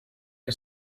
que